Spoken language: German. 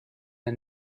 der